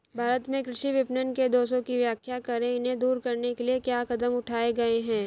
भारत में कृषि विपणन के दोषों की व्याख्या करें इन्हें दूर करने के लिए क्या कदम उठाए गए हैं?